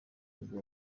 nibwo